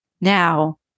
Now